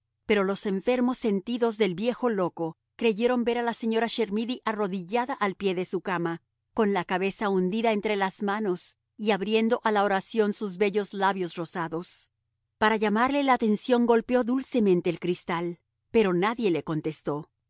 pero los enfermos sentidos del viejo loco creyeron ver a la señora chermidy arrodillada al pie de su cama con la cabeza hundida entre las manos y abriendo a la oración sus bellos labios rosados para llamarle la atención golpeó dulcemente el cristal pero nadie le contestó